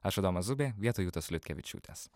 aš adomas zubė vietoj jutos liutkevičiūtės